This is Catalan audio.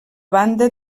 banda